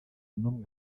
n’umwe